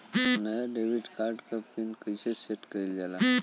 नया debit card क pin कईसे सेट कईल जाला?